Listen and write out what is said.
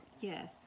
Yes